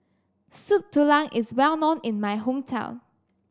Soup Tulang is well known in my hometown